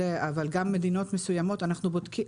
אבל גם מדינות מסוימות אנחנו בודקים,